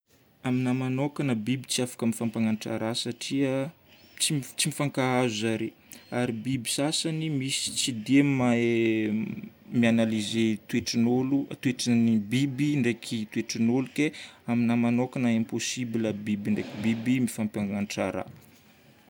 Aminahy manokagna biby tsy afaka mifampanatra raha satria tsy mifankahazo zare. Ary biby sasany misy tsy dia mahay mi-analyser toetrin'olo- toetran'ny biby ndraiky toetrin'olo ke aminahy manokagna impossible biby ndraiky biby mifampanatra raha.